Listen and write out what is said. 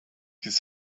his